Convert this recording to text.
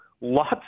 lots